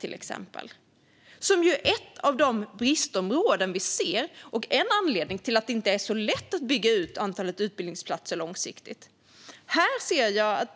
Det är ju ett av bristområdena och en anledning till att det inte är lätt att bygga ut antalet utbildningsplatser långsiktigt. Jag